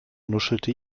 nuschelte